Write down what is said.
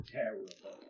Terrible